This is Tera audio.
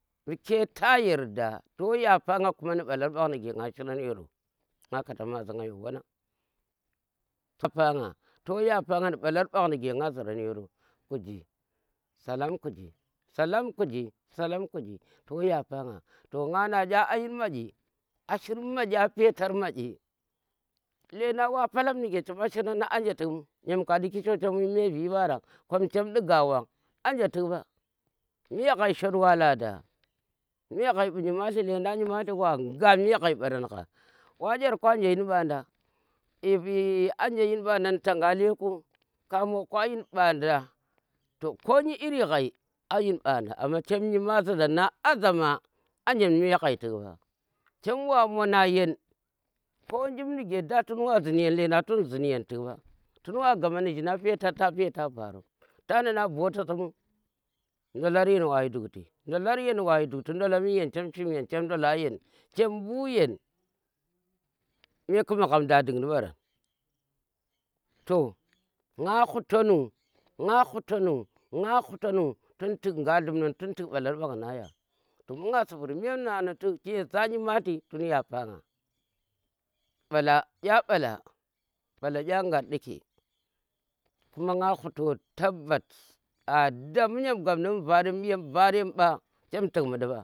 Mbu̱ ke ta yarda toh yafa nga kuma ni ɓalar nige nge shiran yero nga kata ma zii nga yo wanan to yapanga nga zirzn yero kuji salom kuji, solom kuji salam kuji toh yafa nge, nga ne ee ashir makii a petar maƙi lendaa wa pulam nige chema shiran anje tik mba? Nyem ka ndi ki sho chem vi ɓaro chem di gawan inje tik mu? me ghai shot wa lada me ghai mbu nyimalbi lendan nyimalti wa nga me ghai ɓara waƙyar ku anje yine ɓanda, anje yine ɓanda ni tangale ku kamo ku ayin mbada to ko yi irri xhai anje yin mbada amma chem nymalti za nang azama anje tik ɓa, chem wa mona yeng koh jiim nige da tun wa ziin yon nlena tun ziin yon tik ɓa, tun wa gama a petar ta peta varo tana na bota si mu? Ndolar yan yen wa yi dukti. ndolar yeng wa yi dkkti ndola mi yeng chem shim yem chem ndola yeng chem mbuu yeng meku magham da dundi mbaran to nga hutanu, nga hutanu tun nga dlum dan nu tun tik mbalar mban ya to mbu nga sibur memunanu tun nyeza nymalti tun yapanga mala kya mala mala ke na shiki kuma nga hutanu tabbas a da mu nyem gap nu mbu varem mba chem tuk mundi.